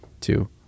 two